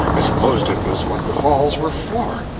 i supposed it was what the falls were for.